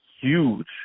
huge